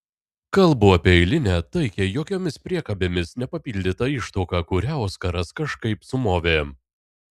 kalbu apie eilinę taikią jokiomis priekabėmis nepapildytą ištuoką kurią oskaras kažkaip sumovė